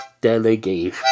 delegate